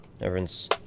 everyone's